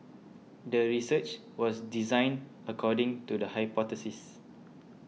the research was designed according to the hypothesis